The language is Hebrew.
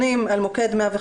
אלה פניות ולא תלונות.